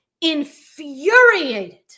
infuriated